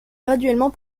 graduellement